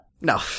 no